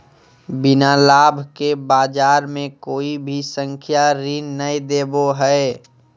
बिना लाभ के बाज़ार मे कोई भी संस्था ऋण नय देबो हय